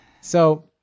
So-